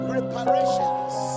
Reparations